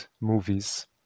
movies